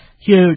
Huge